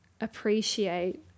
appreciate